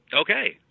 Okay